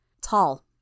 Tall